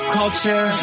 culture